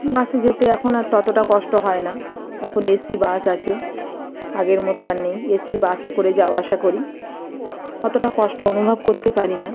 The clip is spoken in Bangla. বাসে যেতে এখন আর ততটা কষ্ট হয় না এখন এসি বাস আছে আগের মতো আর নেই এসি বাসে করে যাওয়া আসা করি অতোটা কষ্ট অনুভব করতে পারি না